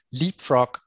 leapfrog